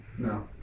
No